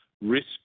risk